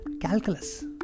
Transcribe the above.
calculus